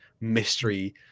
mystery